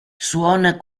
suona